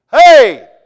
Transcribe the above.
Hey